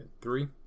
Three